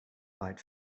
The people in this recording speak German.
weit